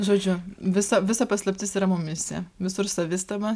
žodžiu visa visa paslaptis yra mumyse visur savistaba